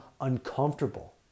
uncomfortable